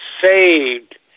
saved